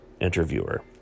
interviewer